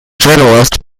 journalist